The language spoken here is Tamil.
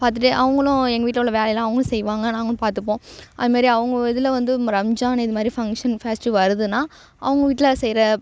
பார்த்துட்டு அவங்களும் எங்கள் வீட்டில உள்ள வேலையெல்லாம் அவங்களும் செய்வாங்க நாங்களும் பார்த்துப்போம் அது மாரி அவங்க இதில் வந்து ரம்ஜான் இது மாதிரி ஃபங்க்ஷன் ஃபஸ்ட் வருதுன்னா அவங்க வீட்டில செய்கிற